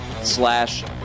slash